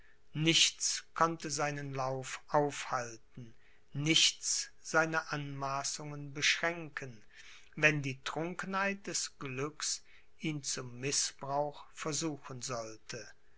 nichts konnte seinen lauf aufhalten nichts seine anmaßungen beschränken wenn die trunkenheit des glücks ihn zum mißbrauch versuchen sollte